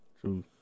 True